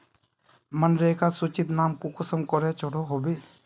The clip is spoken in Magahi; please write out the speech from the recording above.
मनरेगा सूचित नाम कुंसम करे चढ़ो होबे?